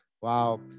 Wow